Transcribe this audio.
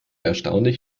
erstaunlich